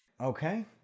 Okay